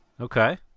Okay